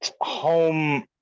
home